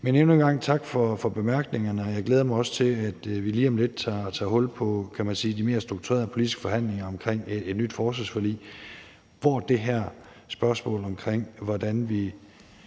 Men endnu en gang tak for bemærkningerne. Jeg glæder mig til, at vi lige om lidt tager hul på de, kan man sige, mere strukturerede politiske forhandlinger om et nyt forsvarsforlig, hvor det her spørgsmål om, hvordan vi